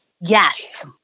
yes